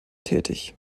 tätig